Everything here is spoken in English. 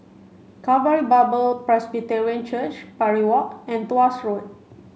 Calvary Bible Presbyterian Church Parry Walk and Tuas Road